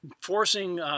forcing